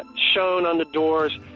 and shown on the doors,